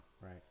right